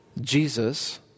Jesus